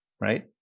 right